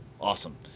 awesome